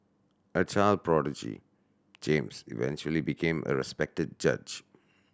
a child prodigy James eventually became a respected judge